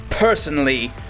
Personally